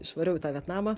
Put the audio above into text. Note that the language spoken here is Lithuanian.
išvariau į tą vietnamą